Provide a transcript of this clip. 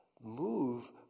Move